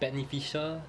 beneficial